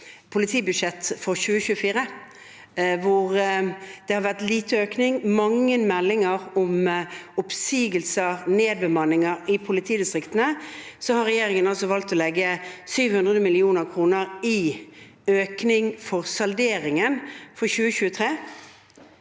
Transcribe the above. politibudsjett for 2023, hvor det har vært lite økning, og mange meldinger om oppsigelser og nedbemanninger i politidistriktene, har regjeringen valgt å legge 700 mill. kr i økning i salderingen for 2023,